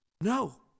No